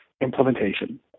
implementation